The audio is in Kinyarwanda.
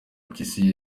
mpyisi